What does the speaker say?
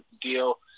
deal